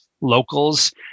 locals